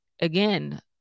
Again